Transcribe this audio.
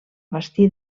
bastir